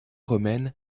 romaine